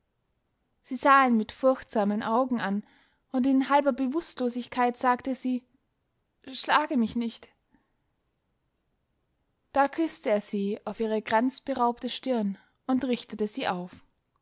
sie sah ihn mit furchtsamen augen an und in halber bewußtlosigkeit sagte sie schlage mich nicht da küßte er sie auf ihre kranzberaubte stirn und richtete sie auf